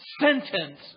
sentence